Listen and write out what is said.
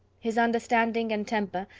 his understanding and temper,